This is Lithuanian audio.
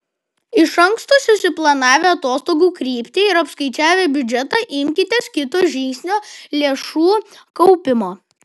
iš anksto susiplanavę atostogų kryptį ir apskaičiavę biudžetą imkitės kito žingsnio lėšų kaupimo